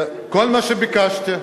כל מה שביקשתי,